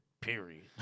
Period